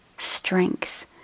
strength